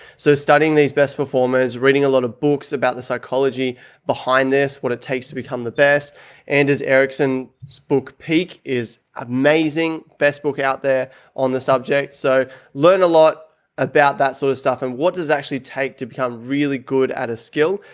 so studying these best performers, reading a lot of books about the psychology behind this, what it takes to become the best and as erickson so book peak is amazing. best book out there on the subject. so learn a lot about that sort of stuff and what does it actually take to become really good at a skill.